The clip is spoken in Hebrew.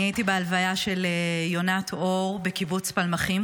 אני הייתי בהלוויה של יונת אור בקיבוץ פלמחים,